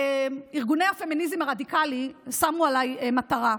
ארגוני הפמיניזם הרדיקלי שמו עליי מטרה.